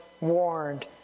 Warned